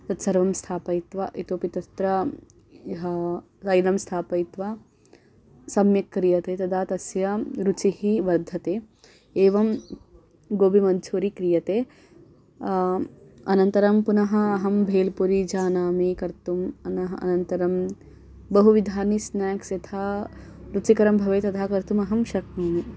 तत्सर्वं स्थापयित्वा इतोऽपि तत्र हा तैलं स्थापयित्वा सम्यक् क्रियते तदा तस्य रुचिः वर्धते एवं गोबिमञ्चूरि क्रियते अनन्तरं पुनः अहं भेल्पुरी जानामि कर्तुम् अनः अनन्तरं बहुविधानि स्नाक्स् यथा रुचिकरं भवेत् तथा कर्तुम् अहं शक्नोमि